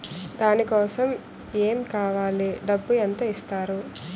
దాని కోసం ఎమ్ కావాలి డబ్బు ఎంత ఇస్తారు?